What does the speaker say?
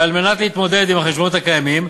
ועל מנת להתמודד עם החשבונות הקיימים,